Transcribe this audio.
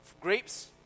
grapes